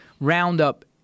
Roundup